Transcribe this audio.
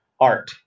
art